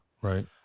Right